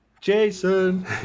jason